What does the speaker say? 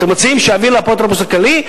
אתם מציעים שיעבירו לאפוטרופוס הכללי.